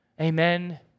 Amen